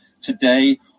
today